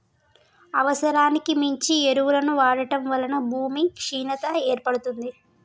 అవసరానికి మించి ఎరువులను వాడటం వలన భూమి క్షీణత ఏర్పడుతుంది